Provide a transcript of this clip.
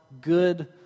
good